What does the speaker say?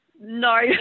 No